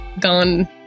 gone